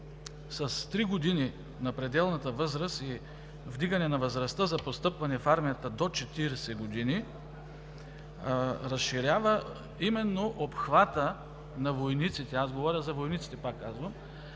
три години на пределната възраст и вдигане на възрастта за постъпване в армията – до 40 години, разширява именно обхвата на войниците. Аз говоря за войниците, които